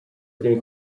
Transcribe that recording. primi